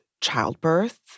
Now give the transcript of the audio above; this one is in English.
childbirth